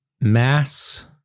mass